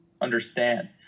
understand